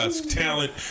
talent